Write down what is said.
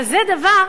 אבל זה דבר,